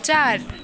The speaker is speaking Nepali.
चार